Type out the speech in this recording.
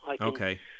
Okay